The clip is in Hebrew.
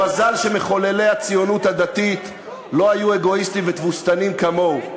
מזל שמחוללי הציונות הדתית לא היו אגואיסטים ותבוסתניים כמוהו.